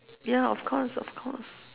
ya of course of course